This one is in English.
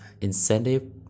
incentive